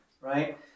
Right